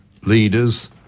leaders